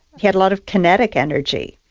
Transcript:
he had a lot of kinetic energy.